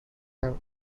have